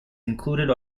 included